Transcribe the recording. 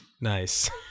nice